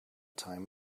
time